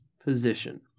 Position